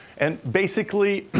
and basically,